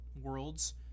Worlds